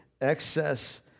excess